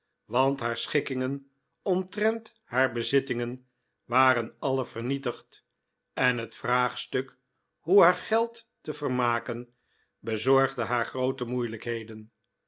want haar schikkingen omtrent haar bezittingen waren alle vernietigd en het vraagstuk hoe haar geld te vermaken bezorgde haar groote moeilijkheden